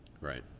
Right